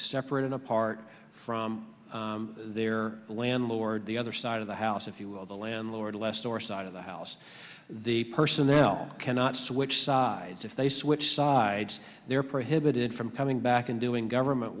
separate and apart from their landlord the other side of the house if you will the landlord left or side of the house the personnel cannot switch sides if they switch sides they are prohibited from coming back and doing government